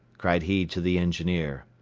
cried he to the engineer.